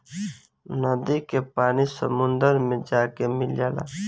नदी के पानी समुंदर मे जाके मिल जाला